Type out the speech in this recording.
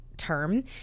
Term